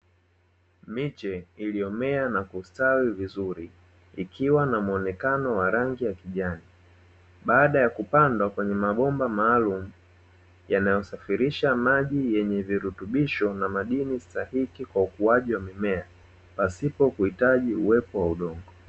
Miche iliyomea na kustawi vizuri, ikiwa na mwonekano wa rangi ya kijani, baada ya kupandwa kwenye mabomba maalumu yanayosafirisha maji yenye virutubisho na madini stahiki kwa ukuaji wa mimea, pasipo kuhitaji uwepo wa udongo.